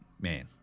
man